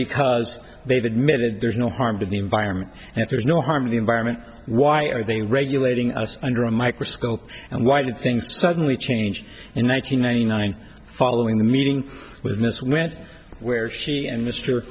because they've admitted there's no harm to the environment and if there's no harm the environment why are they regulating us under a microscope and why do things suddenly change in one thousand nine hundred nine following the meeting with miss went where she and mr